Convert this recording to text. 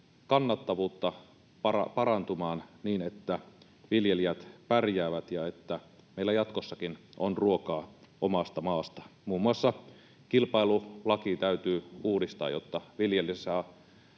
kannattavuutta parantumaan niin, että viljelijät pärjäävät ja että meillä jatkossakin on ruokaa omasta maasta. Muun muassa kilpailulaki täytyy uudistaa, jotta viljelijä saa